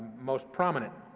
most prominent,